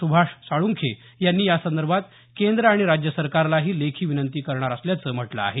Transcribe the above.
सुभाष साळुंखे यांनी यासंदर्भात केंद्र आणि राज्य सरकारलाही लेखी विनंती करणार असल्याचं म्हटलं आहे